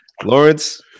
Lawrence